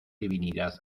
divinidad